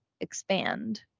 Expand